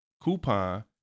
coupon